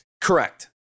Correct